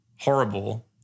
horrible